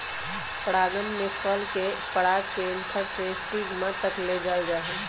परागण में फल के पराग के एंथर से स्टिग्मा तक ले जाल जाहई